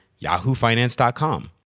yahoofinance.com